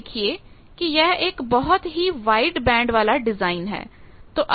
आप देखिए कि यह एक बहुत ही वाइड बैंड वाला डिजाइन है